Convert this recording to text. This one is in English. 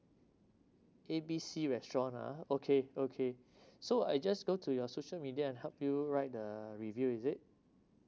A B C restaurant uh okay okay so I just go to your social media and help you write the review is it